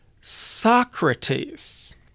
Socrates